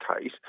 case